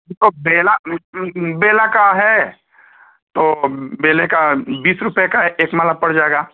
इ जो बेला बेला का है तो बेले का बीस रुपये का एक माला पड़ जाएगा